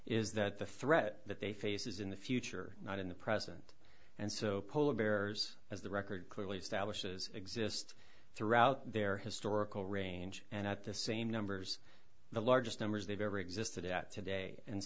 is that the threat that they face is in the future not in the present and so polar bears as the record clearly establishes exist throughout their historical range and at the same numbers the largest numbers they've ever existed at today and